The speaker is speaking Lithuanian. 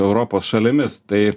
europos šalimis tai